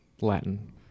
latin